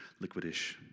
liquidish